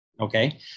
Okay